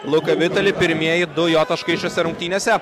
luka vitali pirmieji du jo taškai šiose rungtynėse